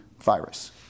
virus